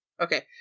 Okay